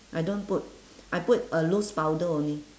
I don't put I put uh loose powder only